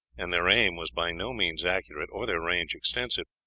and their aim was by no means accurate or their range extensive,